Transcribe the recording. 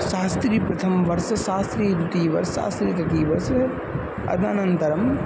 शास्त्रीप्रथमवर्षः शास्त्रीद्वितीयवर्षः शास्त्रीतृतीयवर्षः तदनन्तरम्